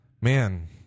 man